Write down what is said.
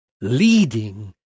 leading